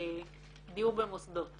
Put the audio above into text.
במוסדות